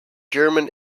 german